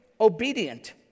obedient